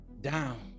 down